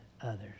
others